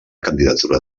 candidatura